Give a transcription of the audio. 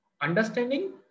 understanding